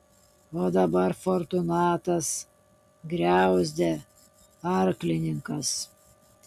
o dabar fortunatas griauzdė arklininkas